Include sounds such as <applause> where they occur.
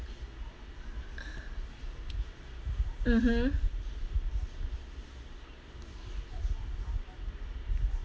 <noise> mmhmm